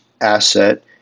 ASSET